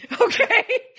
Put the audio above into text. Okay